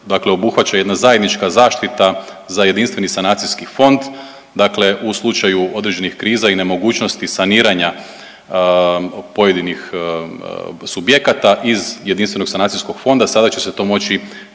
dakle obuhvaća jedna zajednička zaštita za jedinstveni sanacijski fond. Dakle, u slučaju određenih kriza i nemogućnosti saniranja pojedinih subjekata iz jedinstvenog sanacijskog fonda sada će se to moći,